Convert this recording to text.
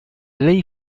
ley